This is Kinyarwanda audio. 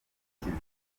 kizima